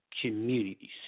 communities